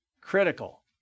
Critical